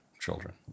children